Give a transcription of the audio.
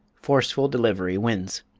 forceful delivery wins.